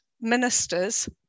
ministers